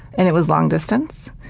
and it was long distance.